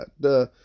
Duh